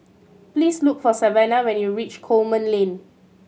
please look for Savannah when you reach Coleman Lane